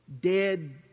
Dead